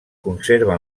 conserva